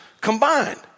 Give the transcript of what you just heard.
combined